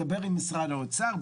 דבר עם משרד האוצר,